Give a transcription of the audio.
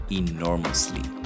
enormously